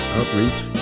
outreach